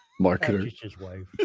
Marketer